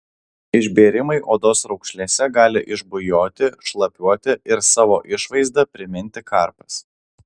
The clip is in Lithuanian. išbėrimai odos raukšlėse gali išbujoti šlapiuoti ir savo išvaizda priminti karpas